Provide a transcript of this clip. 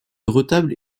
retable